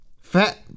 Fat